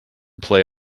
play